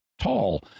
tall